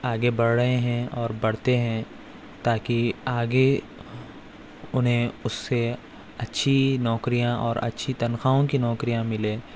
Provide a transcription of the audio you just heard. آگے بڑھ رہے ہیں اور بڑھتے ہیں تاکہ آگے انہیں اس سے اچھی نوکریاں اور اچھی تنخواہوں کی نوکریاں ملے